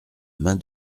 main